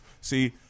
see